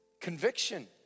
conviction